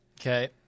Okay